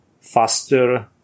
faster